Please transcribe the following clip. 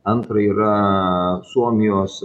antra yra suomijos